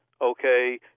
okay